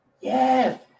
Yes